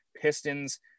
Pistons